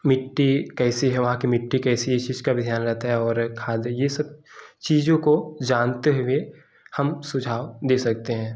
मिट्टी कैसी है वहाँ की मिट्टी कैसी है इस चीज़ का भी ध्यान रहता है और खाद ये सब चीज़ों को जानते हुए हम सुझाव दे सकतें हैं